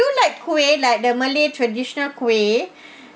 like kuih like the malay traditional kuih